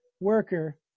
worker